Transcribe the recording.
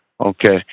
Okay